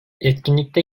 etkinlikte